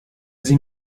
sie